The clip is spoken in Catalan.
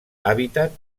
hàbitat